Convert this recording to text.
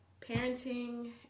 parenting